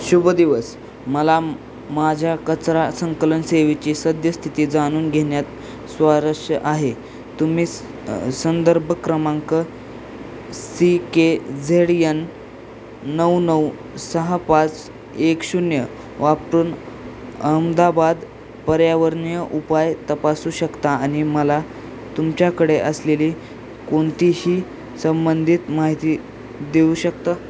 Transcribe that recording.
शुभदिवस मला माझ्या कचरा संकलन सेवेची सद्यस्थिती जाणून घेण्यात स्वारस्य आहे तुम्ही संदर्भ क्रमांक सी के झेड यन नऊ नऊ सहा पाच एक शून्य वापरून अहमदाबाद पर्यावरणीय उपाय तपासू शकता आणि मला तुमच्याकडे असलेली कोणतीही संबंधित माहिती देऊ शकता